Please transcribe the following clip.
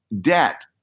debt